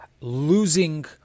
losing